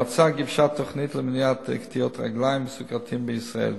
המועצה גיבשה תוכנית למניעת קטיעות רגליים בסוכרתיים בישראל.